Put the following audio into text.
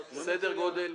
סדר גודל?